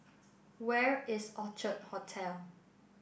where is Orchard Hotel